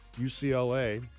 UCLA